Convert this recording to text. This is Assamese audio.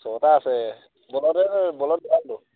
ছটা আছে বলদে বলত